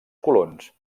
colons